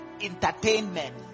Entertainment